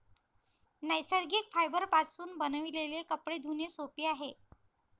नैसर्गिक फायबरपासून बनविलेले कपडे धुणे सोपे आहे